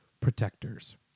protectors